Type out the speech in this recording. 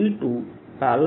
E2